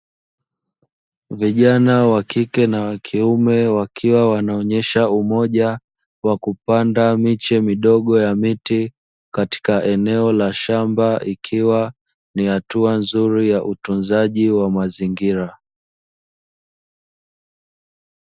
Vijana wa kike na kiume wakiwa wanaonyesha umoja kwa kupanda miche midogo ya miti, katika eneo la shamba ikiwa ni hatua nzuri ya utunzaji wa mazingira.